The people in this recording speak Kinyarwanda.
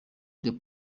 the